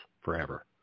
forever